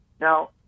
Now